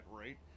rate